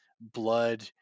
blood